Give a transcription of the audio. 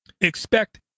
expect